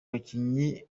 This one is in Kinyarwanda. bakinnyi